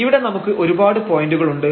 ഇവിടെ നമുക്ക് ഒരുപാട് പോയന്റുകൾ ഉണ്ട്